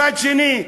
מצד שני,